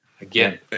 again